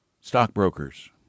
stockbrokers